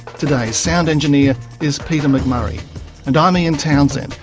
today's sound engineer is peter mcmurray and i'm ian townsend.